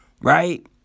right